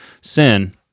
sin